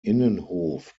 innenhof